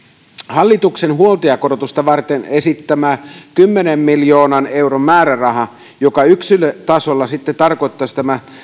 hallituksen huoltajakorotusta varten esittämä kymmenen miljoonan euron määräraha joka yksilötasolla sitten tarkoittaisi tämän